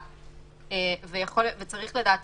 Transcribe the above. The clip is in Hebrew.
אשראי חדש); דין הסכומים הנדרשים לפירעון